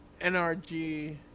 NRG